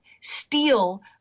steal